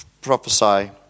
prophesy